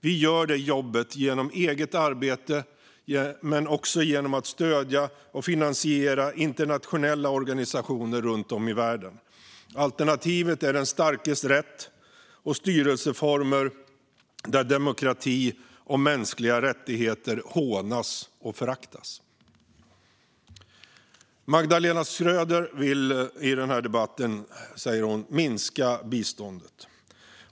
Vi gör detta jobb genom eget arbete men också genom att stödja och finansiera internationella organisationer runt om i världen. Alternativet är den starkes rätt och styrelseformer där demokrati och mänskliga rättigheter hånas och föraktas. Magdalena Schröder säger i denna debatt att hon vill minska biståndet.